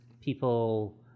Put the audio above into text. people